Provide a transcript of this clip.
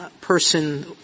person